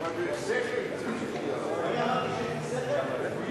(תיקון מס' 6), התשע"ב 2012, נתקבל.